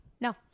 No